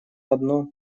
одно